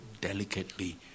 delicately